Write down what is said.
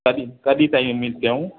कॾहिं कॾहिं तईं उमीदु कयूं